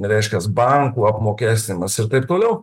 reiškias bankų apmokestinimas ir taip toliau